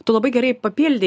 tu labai gerai papildei